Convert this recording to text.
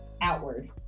outward